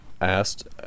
asked